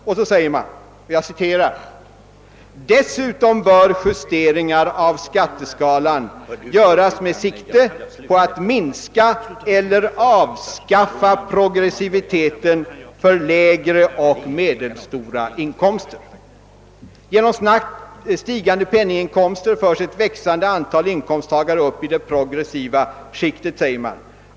Vidare heter det: »Dessutom bör justeringar av skatteskalan göras med sikte på att minska eller avskaffa progressiviteten för lägre och medelstora inkomster. Genom snabbt stigande penninginkomster förs ett växande antal inkomsttagare upp i det progressiva skiktet.